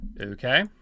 Okay